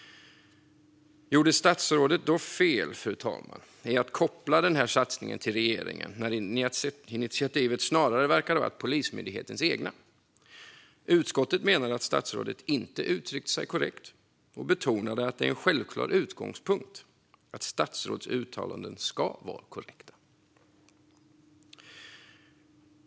Gjorde då statsrådet fel i att koppla den här satsningen till regeringen när initiativet snarare verkar ha varit Polismyndighetens eget? Utskottet menar att statsrådet inte uttryckte sig korrekt och betonar att det är en självklar utgångspunkt att statsråds uttalanden ska vara korrekta.